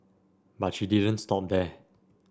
but she didn't stop there